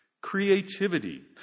creativity